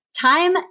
Time